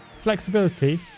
flexibility